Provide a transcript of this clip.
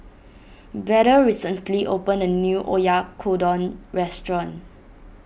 Beda recently opened a new Oyakodon restaurant